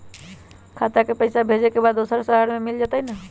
खाता के पईसा भेजेए के बा दुसर शहर में मिल जाए त?